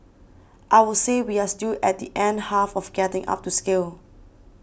I would say we are still at the end half of getting up to scale